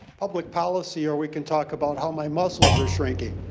public policy or we can talk about how my muscles are shrinking